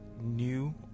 new